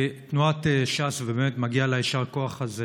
תנועת ש"ס, ובאמת מגיע לה יישר כוח על זה,